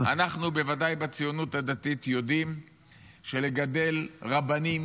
-- בוודאי אנחנו בציונות הדתית יודעים שלגדל רבנים